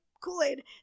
kool-aid